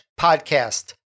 podcast